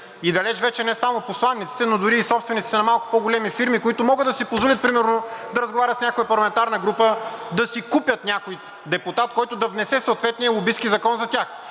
и далеч вече не само посланиците, но дори и собствениците на малко по-големи фирми, които могат да си позволят примерно да разговарят с някоя парламентарна група, да си купят някой депутат, който да внесе съответния лобистки закон за тях.